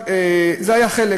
זה היה חלק.